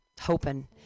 hoping